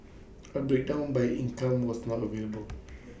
A breakdown by income was not available